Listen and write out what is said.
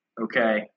okay